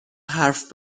حرف